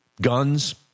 guns